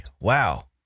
Wow